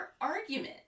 argument